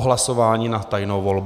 hlasování na tajnou volbu.